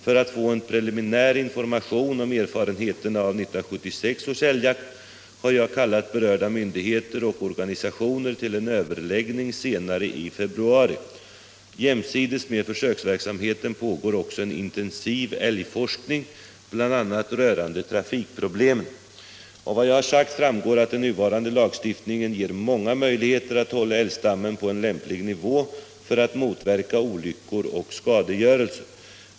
För att få en preliminär information om erfarenheterna av 1976 års älgjakt har jag kallat berörda myndigheter och organisationer till en överläggning senare i februari. Jämsides med försöksverksamheten pågår också en intensiv älgforskning, bl.a. rörande trafikproblemen. Av vad jag har sagt framgår att den nuvarande lagstiftningen ger många möjligheter att hålla älgstammen på en lämplig nivå för att motverka olyckor och skadegörelse.